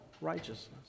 righteousness